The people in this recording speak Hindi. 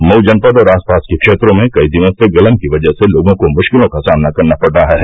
मऊ जनपद और आसपास के क्षेत्रों में कई दिनों से गलन की वजह से लोगों को मुश्किलों का सामना करना पढ़ रहा है